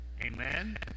Amen